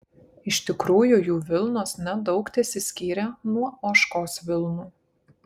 iš tikrųjų jų vilnos nedaug tesiskyrė nuo ožkos vilnų